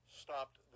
stopped